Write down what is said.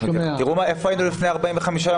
תראו, איפה היינו לפני 45 יום.